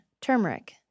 Turmeric